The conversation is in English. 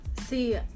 see